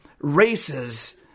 races